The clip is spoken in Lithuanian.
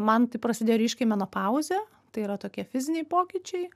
man tai prasidėjo ryškiai menopauzė tai yra tokie fiziniai pokyčiai